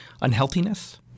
unhealthiness